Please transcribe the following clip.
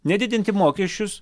ne didinti mokesčius